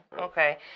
Okay